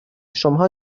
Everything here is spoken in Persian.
شماها